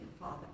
Father